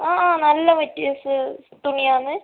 ആ നല്ല മെറ്റീരിയൽസ് തുണിയാണ്